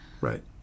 Right